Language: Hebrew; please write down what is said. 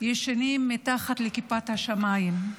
ישנים מתחת לכיפת השמיים.